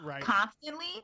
constantly